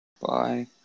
Bye